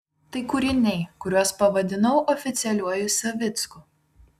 tai kūriniai kuriuos pavadinau oficialiuoju savicku